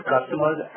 customers